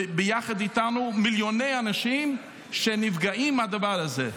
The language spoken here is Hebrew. וביחד איתנו מיליוני אנשים שנפגעים מהדבר הזה.